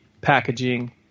packaging